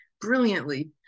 Brilliantly